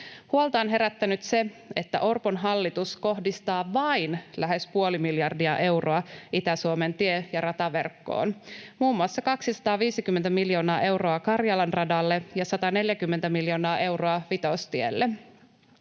Huolta on herättänyt, että Orpon hallitus kohdistaa vain lähes puoli miljardia euroa Itä-Suomen tie- ja rataverkkoon, muun muassa 250 miljoonaa euroa Karjalan radalle ja 140 miljoonaa euroa Vitostielle.